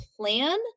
plan